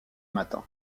matin